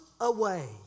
away